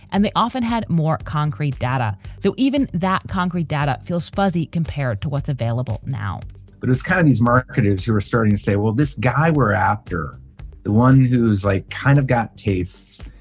and they often had more concrete data. though even that concrete data feels fuzzy compared to what's available now but it's kind of these marketers who are starting to say, well, this guy we're after the one who's like kind of got taste.